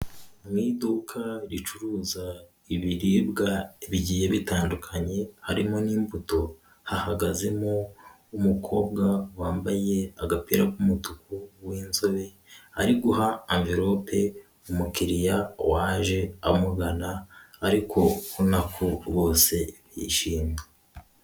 Mu iduka ricuruza ibiribwa bigiye bitandukanye, harimo n'imbuto hahagazemo umukobwa wambaye agapira k'umutuku, w'inzobe ari guha amverope umukiriya waje amugana ariko ubona ko bose bishimye.